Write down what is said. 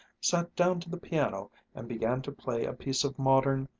sat down to the piano and began to play a piece of modern,